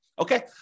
okay